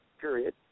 Period